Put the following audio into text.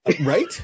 Right